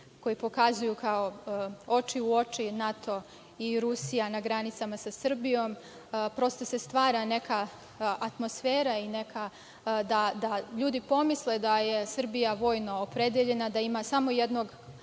koji pokazuju, kao „Oči u oči“, „NATO i Rusija na granicama sa Srbijom“, i prosto se stvara atmosfera neka da ljudi pomisle da je Srbija vojno opredeljena, da ima samo jednog